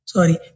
Sorry